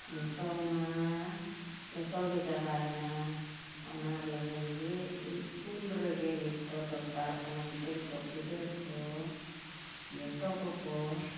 ᱱᱤᱛᱳᱜᱼᱢᱟ ᱡᱚᱛᱚᱜᱮ ᱪᱟᱵᱟᱭᱮᱱᱟ ᱚᱱᱟ ᱞᱟᱹᱜᱤᱫᱼᱜᱮ ᱤᱥᱠᱩᱞ ᱨᱮᱜᱮ ᱱᱤᱛᱳᱜ ᱫᱚᱨᱠᱟᱨᱚᱜ ᱠᱟᱱᱟ ᱜᱤᱫᱟᱹᱨ ᱠᱚ ᱯᱤᱫᱟᱹᱨ ᱠᱚ ᱡᱚᱛᱚ ᱠᱚᱠᱚ